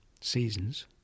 seasons